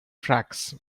tracks